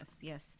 yes